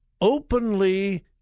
openly